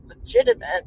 legitimate